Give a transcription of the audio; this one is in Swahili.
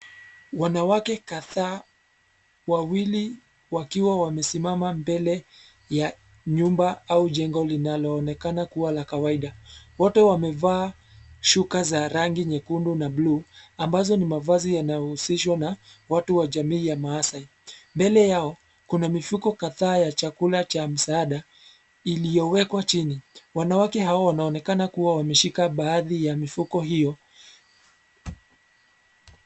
Wanawake kadhaa, wawili, wakiwa wamesimama mbele, ya, nyumba au jengo linaonekana kuwa la kawaida. Wote wamevaa, shuka za rangi nyekundu na bluu, ambazo ni mavasi yanayohusishwa na, watu wa jamii ya Maasai. Mbele yao, kuna mifuko kadhaa ya chakula cha msaada, iliyowekwa chini. Wanawake hawa wanaonekana kuwa wameshika baadhi ya mifuko hiyo.